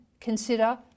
consider